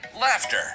laughter